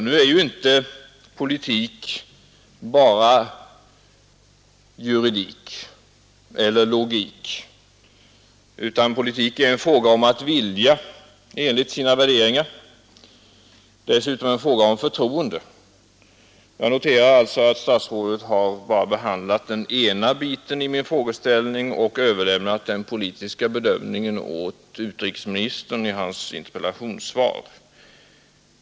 Nu är ju inte politik bara juridik eller logik, utan politik är en fråga om att vilja, förverkliga sina värderingar och dessutom en fråga om förtroende. Jag noterar alltså att statsrådet bara behandlat den ena aspekten av frågeställningen och överlämnat den politiska bedömningen åt utrikesministern i hans interpellationssvar.